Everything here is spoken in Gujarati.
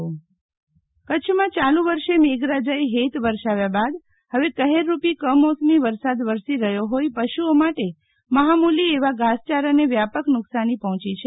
શીતલ વૈશ્નવ ઘાસચારાને નુકશાન કચ્છમાં ચાલુ વર્ષે મેઘરાજાએ હેત વર્ષાવ્યા બાદ હવે કહેર રૂપી કમોસમી વરસાદ વરસી રહ્યો હોઈ પશુઓ માટે મહામુલી એવા ધાસયારાને વ્યાપક નુકસાની પહોંચી છે